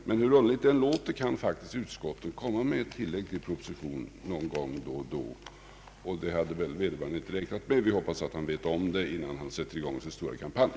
Men hur underligt det än låter kan utskotten faktiskt komma med ett tilllägg till en proposition någon gång då och då. Det hade vederbörande inte räknat med. Vi hoppas att han får reda på det innan han sätter i gång sin stora kampanj.